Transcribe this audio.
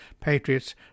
Patriots